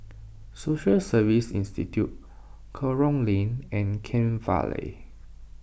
Social Service Institute Kerong Lane and Kent Vale